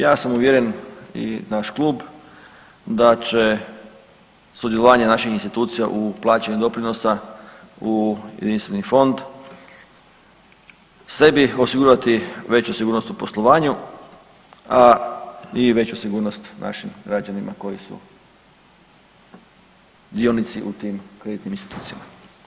Ja sam uvjeren i naš klub da će sudjelovanje naših institucija u plaćanju doprinosa u jedinstveni fond sebi osigurati veću sigurnost u poslovanju a i veću sigurnost našim građanima koji su dionici u tim kreditnim institucijama.